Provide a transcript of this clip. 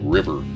River